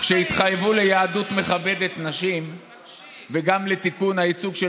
שהתחייבו ליהדות מכבדת נשים וגם לתיקון הייצוג של